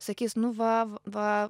sakys nu va va va